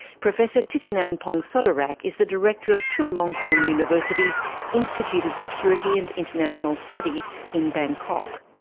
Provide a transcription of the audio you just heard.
professor thitinan pongsudhirak is the director of chulalongkorn university's institute of security and international studies in bangkok.